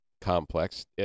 complex